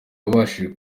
wabashije